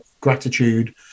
gratitude